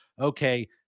Okay